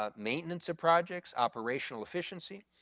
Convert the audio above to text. ah maintenance of projects, operational efficiency,